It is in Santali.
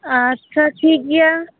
ᱟᱪᱪᱷᱟ ᱴᱷᱤᱠ ᱜᱮᱭᱟ